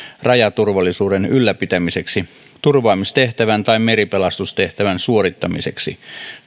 rajaturvallisuuden ylläpitämiseksi turvaamistehtävän tai meripelastustehtävän suorittamiseksi